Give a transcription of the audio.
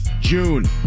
June